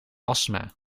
astma